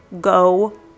go